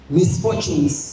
misfortunes